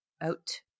out